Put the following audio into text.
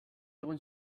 egon